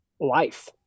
life